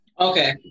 okay